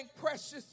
precious